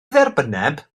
dderbynneb